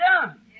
done